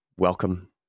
Welcome